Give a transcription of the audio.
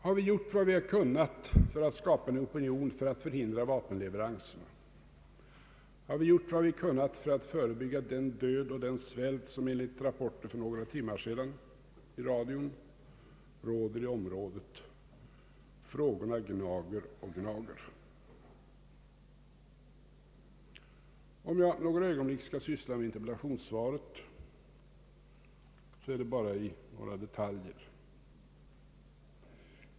Har vi gjort vad vi kunnat i syfte att skapa en opinion för att förhindra vapenleveranser? Har vi gjort vad vi kunnat för att förebygga den död och svält som enligt rapporter för några timmar sedan i radion råder i området? Frågorna gnager och gnager. Om jag något skall syssla med interpellationssvaret är de bara några detaljer jag vill beröra.